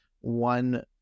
one